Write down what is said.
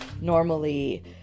normally